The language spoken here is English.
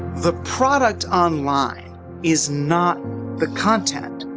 the product online is not the content.